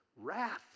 wrath